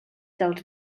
dels